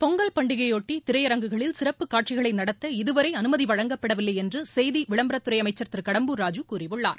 பொங்கல் பண்டிகையையொட்டி திரையரங்குகளில் சிறப்பு காட்சிகளை நடத்த இதுவரை அனுமதி வழங்கப்படவில்லை என்று செய்தி விளம்பரத் துறை அமைச்சர் திரு கடம்பூர் ராஜூ கூறியுள்ளார்